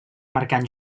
marcant